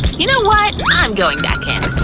you know what? i'm going back in.